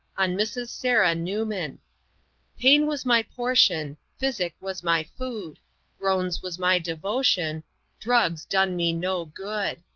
on mrs. sarah newman pain was my portion physic was my food groans was my devotion drugs done me no good.